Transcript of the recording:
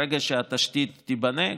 ברגע שהתשתית תיבנה,